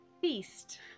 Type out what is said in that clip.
feast